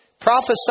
Prophesied